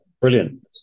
Brilliant